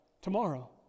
tomorrow